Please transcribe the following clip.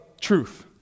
truth